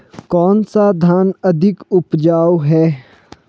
कौन सा धान अधिक उपजाऊ है?